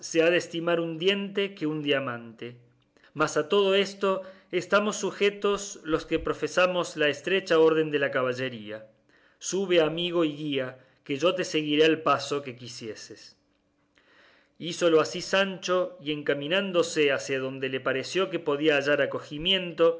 estimar un diente que un diamante mas a todo esto estamos sujetos los que profesamos la estrecha orden de la caballería sube amigo y guía que yo te seguiré al paso que quisieres hízolo así sancho y encaminóse hacia donde le pareció que podía hallar acogimiento